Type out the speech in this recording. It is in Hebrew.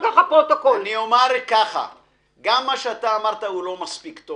גם מה שרן מלמד אמר לא מספיק טוב